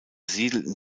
siedelten